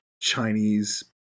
Chinese